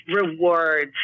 rewards